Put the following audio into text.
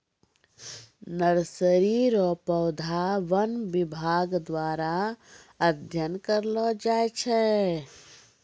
nursery रो पौधा वन विभाग द्वारा अध्ययन करलो जाय छै